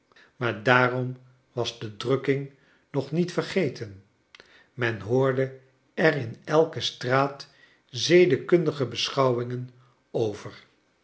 maar daarom was de drukking nog niet vergeten men hoorde er in elke straat zedekundige beschouwingen over